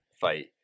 fight